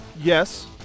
yes